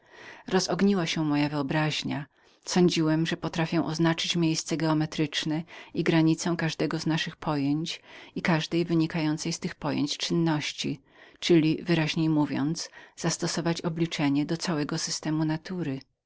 rozogniła się moja wyobraźnia sądziłem że potrafię oznaczyć matematyczne ogniwo i granicę każdego z naszych pojęć czyli wyraźniej mówiąc zastosować wyrachowanie do całego systemu natury